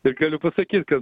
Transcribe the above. ir galiu pasakyt kad